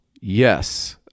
yes